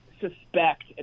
suspect